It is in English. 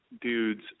dudes